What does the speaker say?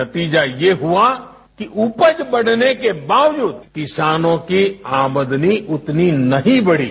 नतीजा ये हुआ कि उपज बढ़ने के बावजूद किसानों की आमदनी उतनी नहीं बढ़ी